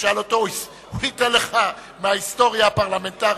תשאל אותו, הוא ייתן לך מההיסטוריה הפרלמנטרית.